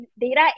data